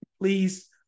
Please